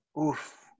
Oof